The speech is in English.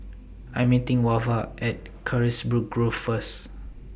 I Am meeting Wava At Carisbrooke Grove First